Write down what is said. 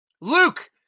Luke